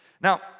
Now